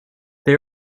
they